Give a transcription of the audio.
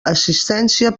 assistència